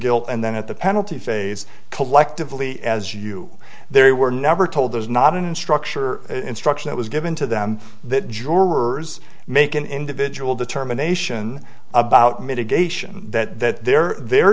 guilt and then at the penalty phase collectively as you they were never told those not in structure instruction it was given to them that jurors make an individual determination about mitigation that their their